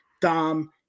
Dom